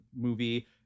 movie